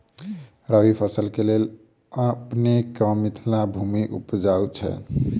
रबी फसल केँ लेल अपनेक मिथिला भूमि उपजाउ छै